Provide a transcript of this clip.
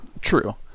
True